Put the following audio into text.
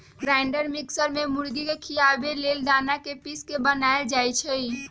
grinder mixer में मुर्गी के खियाबे लेल दना के पिस के बनाएल जाइ छइ